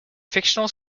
fictional